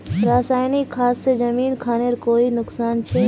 रासायनिक खाद से जमीन खानेर कोई नुकसान छे?